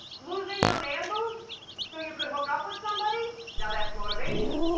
losing your manboobs so you can hook up with somebody, now that's motivation.